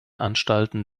anstalten